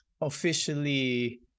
officially